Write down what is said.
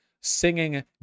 singing